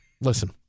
listen